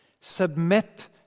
submit